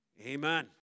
Amen